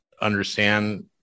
understand